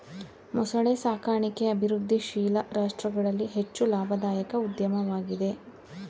ಮೊಸಳೆ ಸಾಕಣಿಕೆ ಅಭಿವೃದ್ಧಿಶೀಲ ರಾಷ್ಟ್ರಗಳಲ್ಲಿ ಹೆಚ್ಚು ಲಾಭದಾಯಕ ಉದ್ಯಮವಾಗಿದೆ